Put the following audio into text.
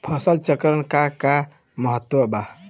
फसल चक्रण क का महत्त्व बा?